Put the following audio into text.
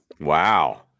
Wow